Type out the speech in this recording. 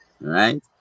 right